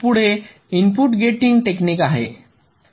पुढे input getting technique आहे